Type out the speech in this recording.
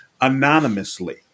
anonymously